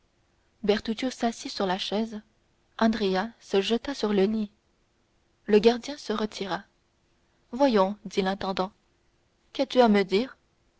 s'assit sur la chaise andrea se jeta sur le lit le gardien se retira voyons dit l'intendant qu'as-tu à me dire